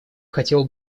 хотела